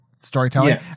storytelling